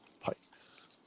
Pikes